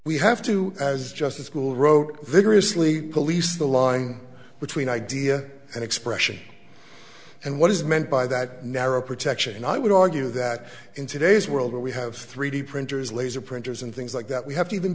we have to as just a school wrote vigorously police the line between idea and expression and what is meant by that narrow protection i would argue that in today's world that we have three d printers laser printers and things like that we have to